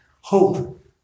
hope